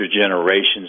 generations